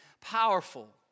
Powerful